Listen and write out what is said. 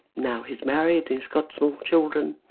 now he's married, he's got small children